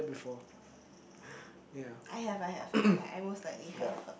I have I have I I most likely have heard